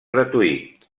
gratuït